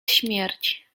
śmierć